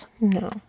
No